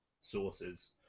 sources